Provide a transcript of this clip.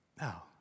Now